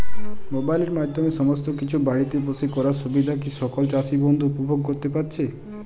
মোবাইলের মাধ্যমে সমস্ত কিছু বাড়িতে বসে করার সুবিধা কি সকল চাষী বন্ধু উপভোগ করতে পারছে?